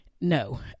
no